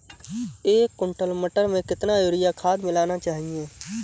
एक कुंटल मटर में कितना यूरिया खाद मिलाना चाहिए?